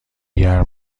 گرم